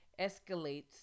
escalates